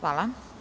Hvala.